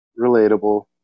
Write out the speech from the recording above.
Relatable